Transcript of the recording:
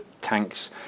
tanks